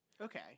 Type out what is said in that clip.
Okay